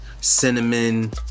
cinnamon